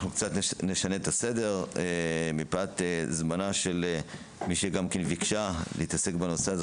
נשנה מעט את הסדר מפאת אילוצי זמן של מי שביקשה להתעסק בנושא הזה,